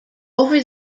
over